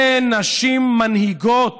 אלה הן נשים מנהיגות,